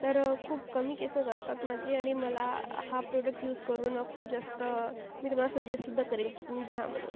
तर खूप कमी केस गळतात माझे आणि मला हा प्रॉडक्ट यूज करून खूप जास्त मी तुम्हाला सजेस्टसुद्धा करील की तुम्ही घ्या म्हणून